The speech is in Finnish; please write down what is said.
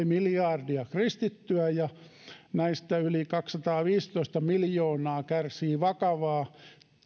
miljardia kristittyä ja näistä yli kaksisataaviisitoista miljoonaa kärsii vakavaa